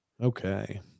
Okay